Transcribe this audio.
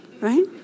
Right